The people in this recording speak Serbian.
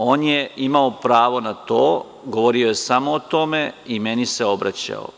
On je imao pravo na to, govorio je samo o tome, i meni se obraćao.